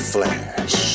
Flash